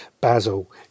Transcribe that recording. basil